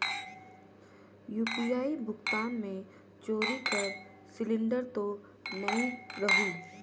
UPI भुगतान मे चोरी कर सिलिंडर तो नइ रहु?